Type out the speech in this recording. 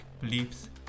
Beliefs